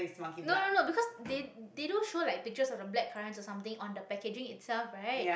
no no no because they they do show like pictures of the blackcurrants or something on the packaging itself right